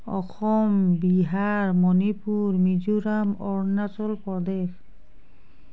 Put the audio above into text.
Assam Bihar Manipur Mizoram Arunachal Pradesh